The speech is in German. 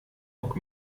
bock